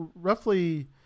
roughly